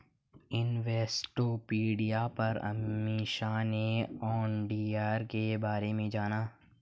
Investopedia पर अमीषा ने auditor के बारे में जाना